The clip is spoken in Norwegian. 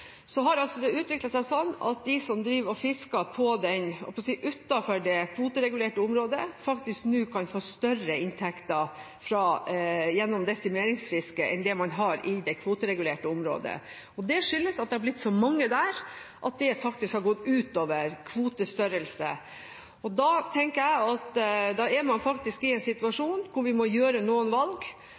det utviklet seg sånn at de som driver og fisker utenfor det kvoteregulerte området, kan få større inntekter gjennom desimeringsfiske enn det man har i det kvoteregulerte området. Det skyldes at det er blitt så mange der at det har gått utover kvotestørrelse. Da tenker jeg at man er i en situasjon hvor man må gjøre noen valg.